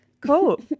Cool